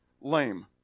Lame